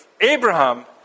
Abraham